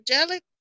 angelic